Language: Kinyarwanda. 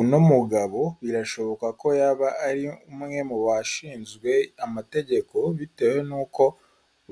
Uno mugabo birashoboka ko yaba ari umwe mu bashinzwe amategeko bitewe n'uko